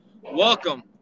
Welcome